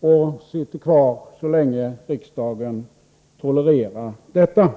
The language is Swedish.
och sitter kvar så länge riksdagen tolererar detta.